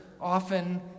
often